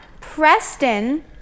Preston